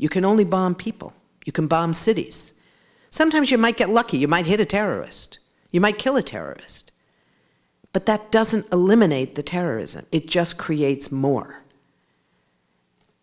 you can only bomb people you can bomb cities sometimes you might get lucky you might hit a terrorist you might kill a terrorist but that doesn't eliminate the terrorism it just creates more